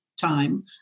time